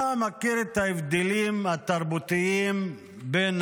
אתה מכיר את ההבדלים התרבותיים בין